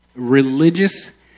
Religious